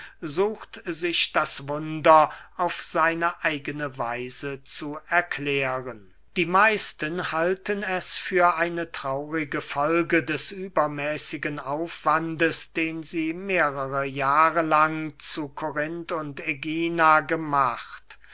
sucht sich das wunder auf seine eigene weise zu erklären die meisten halten es für eine traurige folge des übermäßigen aufwandes den sie mehrere jahre lang zu korinth und ägina gemacht